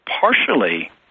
partially –